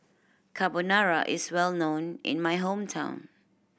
carbonara is well known in my hometown